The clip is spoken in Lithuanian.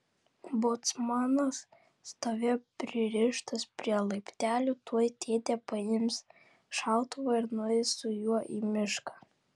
bocmanas stovėjo pririštas prie laiptelių tuoj tėtė paims šautuvą ir nueis su juo į mišką